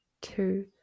two